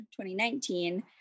2019